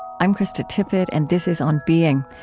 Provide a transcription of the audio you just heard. i'm krista tippett and this is on being.